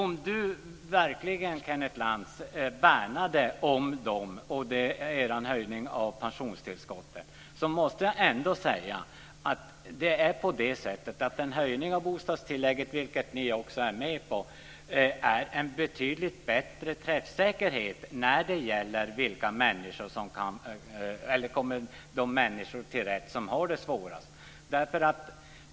Fru talman! Om Kenneth Lantz verkligen värnar om höjningen av pensionstillskottet, med en höjning av bostadstillägget - vilket ni också är med på - har det en betydligt bättre träffsäkerhet och kommer de människor till handa som har det svårast.